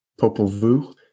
Popovu